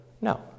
No